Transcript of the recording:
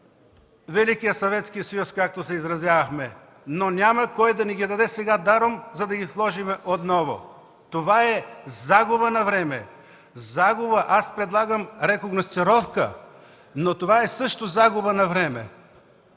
Съветски съюз, както се изразявахме, но няма кой да ни ги даде сега даром, за да ги вложим отново. Това е загуба на време. Аз предлагам рекогносцировка, но това е също загуба на време.